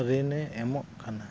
ᱨᱤᱱᱮ ᱮᱢᱚᱜ ᱠᱟᱱᱟ